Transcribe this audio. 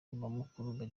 mukura